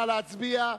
נא להצביע.